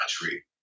country